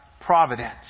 providence